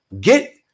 get